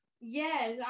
Yes